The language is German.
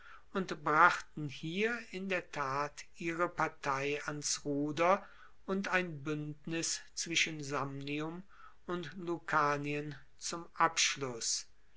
und brachten hier in der tat ihre partei ans ruder und ein buendnis zwischen samnium und lucanien zum abschluss